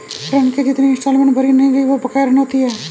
ऋण की जितनी इंस्टॉलमेंट भरी नहीं गयी वो बकाया ऋण होती है